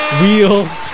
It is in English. wheels